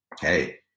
hey